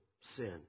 sin